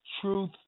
truth